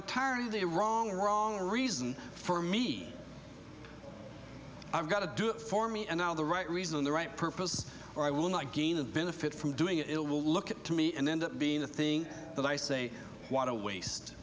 entirely the wrong wrong reason for me i've got to do it for me and now the right reason the right purpose or i will not gain of benefit from doing it will look to me and end up being the thing that i say what a waste